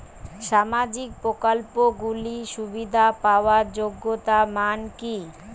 সামাজিক প্রকল্পগুলি সুবিধা পাওয়ার যোগ্যতা মান কি?